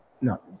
No